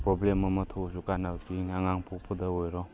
problem ꯑꯃ ꯊꯣꯛꯂꯁꯨ ꯀꯥꯟꯅꯕ ꯄꯤ ꯑꯉꯥꯡ ꯄꯣꯛꯄꯗ ꯑꯣꯏꯔꯣ